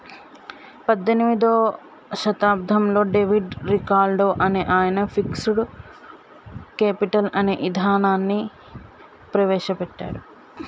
పద్దెనిమిదో శతాబ్దంలో David Ricardo అనే ఆయన ఫిక్స్డ్ కేపిటల్ అనే ఇదానాన్ని ప్రవేశ పెట్టాడు